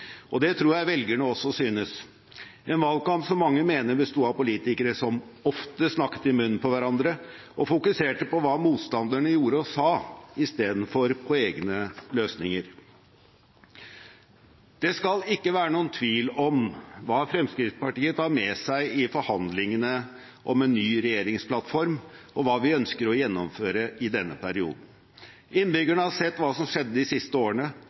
valgkampen. Det tror jeg velgerne også synes – en valgkamp som mange mener besto av politikere som ofte snakket i munnen på hverandre og fokuserte på hva motstanderne gjorde og sa, i stedet for på egne løsninger. Det skal ikke være noen tvil om hva Fremskrittspartiet tar med seg i forhandlingene om en ny regjeringsplattform, og hva vi ønsker å gjennomføre i denne perioden. Innbyggerne har sett hva som har skjedd de siste årene.